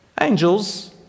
Angels